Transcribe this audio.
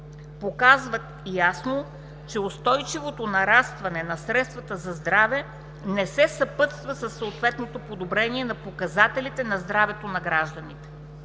показват ясно, че устойчивото нарастване на средствата за здраве не се съпътства от съответно подобрение на показателите за здравето на гражданите.